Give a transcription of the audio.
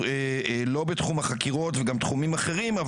לא בתחום החקירות וגם תחומים אחרים,